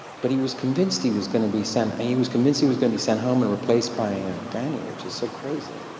but he was convinced he was going to be sent he was convinced he was going to be sent home and replaced by danny, which is so crazy.